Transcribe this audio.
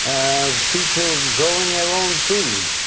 um people growing their own food.